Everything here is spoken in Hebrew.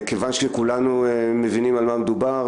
כיוון שכולנו מבינים על מה מדובר,